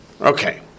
Okay